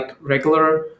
regular